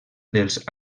dels